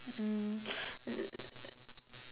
um l~